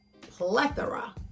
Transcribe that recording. plethora